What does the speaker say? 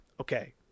okay